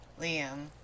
Liam